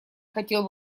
хотел